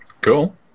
cool